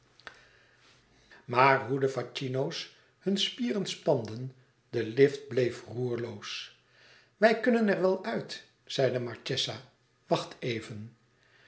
maar hoe de facchino's hunne spieren spanden de lift bleef roerloos wij kunnen er wel uit zei de marchesa wacht even